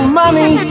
money